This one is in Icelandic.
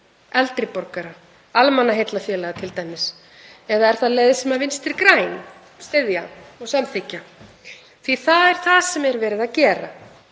eldri borgara, almannaheillafélaga t.d. Eða er það leið sem Vinstri græn styðja og samþykkja? Því það er það sem er verið að gera.